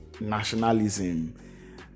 nationalism